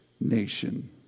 nation